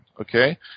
Okay